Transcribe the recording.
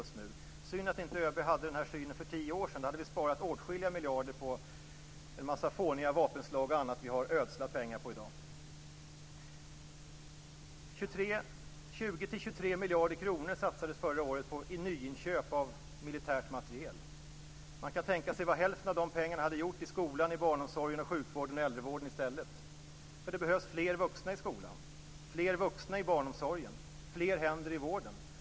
Synd att ÖB inte hade denna uppfattning för tio år sedan. Då skulle vi ha sparat åtskilliga miljarder beträffande en mängd fåniga vapenslag och annat som vi i dag har ödslat pengar på. 20-23 miljarder kronor satsades förra året på nyinköp av militär materiel. Man kan tänka sig vad hälften av de pengarna i stället skulle ha gjort i skolan, i barnomsorgen, i sjukvården och i äldrevården, för det behövs fler vuxna i skolan, fler vuxna i barnomsorgen och fler händer i vården.